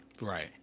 Right